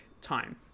time